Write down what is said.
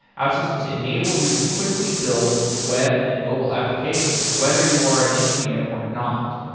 outsystems enables you to quickly build web and mobile applications, whether you are an engineer or not.